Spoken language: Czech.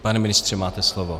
Pane ministře, máte slovo.